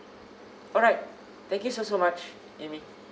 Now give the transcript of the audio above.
alright thank you so so much amy